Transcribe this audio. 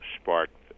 sparked